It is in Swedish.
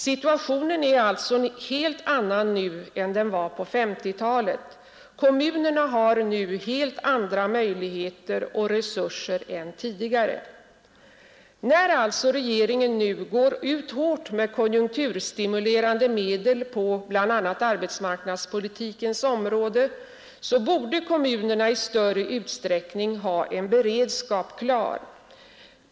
Situationen är alltså en helt annan nu än den var på 1950-talet. Kommunerna har nu helt andra möjligheter och resurser än tidigare. När alltså regeringen går ut hårt med konjunkturstimulerande medel bl.a. på arbetsmarknadspolitikens område borde kommunerna i större utsträckning ha en beredskap klar.